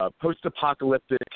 post-apocalyptic